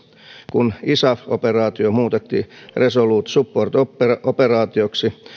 kun isaf operaatio muutettiin resolute support operaatioksi